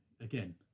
again